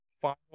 final